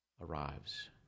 arrives